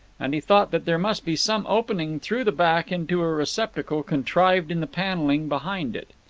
and he thought that there must be some opening through the back into a receptacle contrived in the panelling behind it.